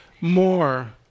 more